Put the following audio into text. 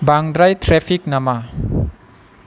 बांद्राय ट्रेफिक नामा